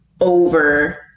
over